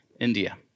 India